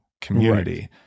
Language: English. community